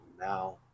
now